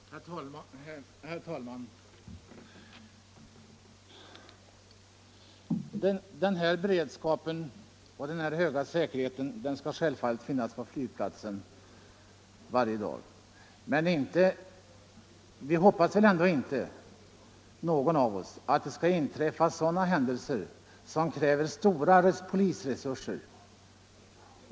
Herr talman! Denna beredskap och denna höga säkerhet skall självfallet finnas på flygplatsen varje dag. Ingen av oss tror väl ändå att det skall inträffa sådana händelser som kräver stora polisresurser.